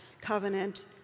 covenant